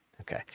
Okay